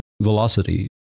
velocity